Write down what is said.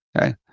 Okay